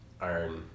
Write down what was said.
Iron